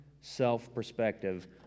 self-perspective